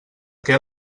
què